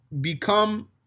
become